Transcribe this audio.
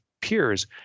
peers